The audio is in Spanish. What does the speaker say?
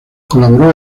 colaboró